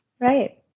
right